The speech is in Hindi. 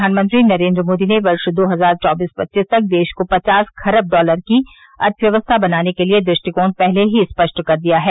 प्रधानमंत्री नरेन्द्र मोदी ने वर्ष दो हजार चौबीस पच्चीस तक देश को पचास खरब डॉलर की अर्थव्यवस्था बनाने के लिए दृष्टिकोण पहले ही स्पष्ट कर दिया है